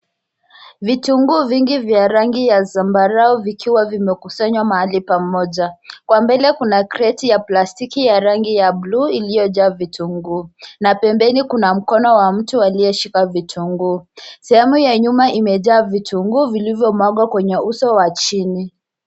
Vitunguu vingi vya rangi ya zambarau, vikiwa vimekusanywa mahali pamoja. Kwa mbele kuna kreti ya plastiki ya rangi ya blue iliyojaa vitunguu, na pembeni kuna mkono wa mtu aliyeshika vitunguu. Sehemu ya nyuma imejaa vitunguu vilivyomwagwa kwenye uso wa chini.